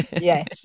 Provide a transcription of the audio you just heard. Yes